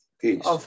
peace